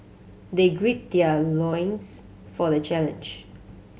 they grid their loins for the challenge